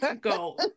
go